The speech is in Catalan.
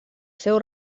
seu